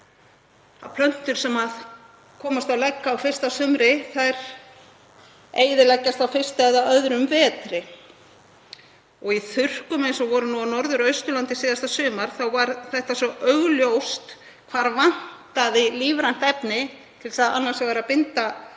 að plöntur sem komast á legg á fyrsta sumri eyðileggjast á fyrsta eða öðrum vetri. Í þurrkum eins og voru á Norður- og Austurlandi síðasta sumar var svo augljóst hvar vantaði lífrænt efni til þess annars vegar að binda vatn